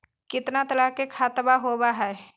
कितना तरह के खातवा होव हई?